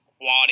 quad